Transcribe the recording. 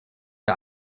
der